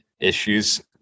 issues